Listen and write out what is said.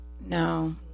No